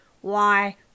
Why